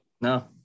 No